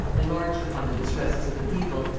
enlarged upon the distresses of the people,